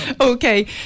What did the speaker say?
Okay